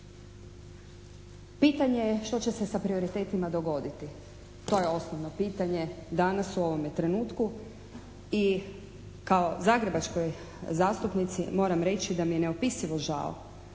Pitanje je što će se sa prioritetima dogoditi? To je osnovno pitanje danas u ovome trenutku i kao zagrebačkoj zastupnici moram reći da mi je neopisivo žao